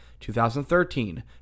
2013